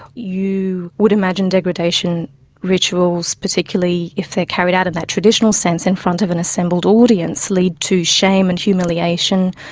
you would imagine degradation rituals, particularly if they are carried out in that traditional sense in front of an assembled audience, lead to shame and humiliation.